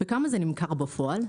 בכמה זה נמכר בפועל?